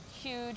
Huge